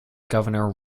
governor